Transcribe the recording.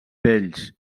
vells